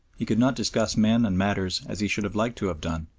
he could not discuss men and matters as he should have liked to have done.